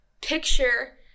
picture